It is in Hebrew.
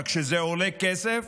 אבל כשזה עולה כסף,